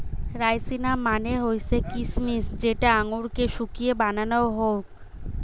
রাইসিনা মানে হৈসে কিছমিছ যেটা আঙুরকে শুকিয়ে বানানো হউক